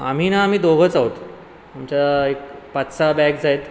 आम्ही ना आम्ही दोघंच आहोत आमच्या एक पाच सहा बॅग्स आहेत